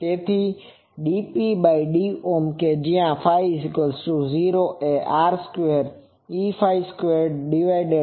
તેથી dPd કે જ્યાં ϕ૦ એr2Eφ22η એમ લખી શકાય છે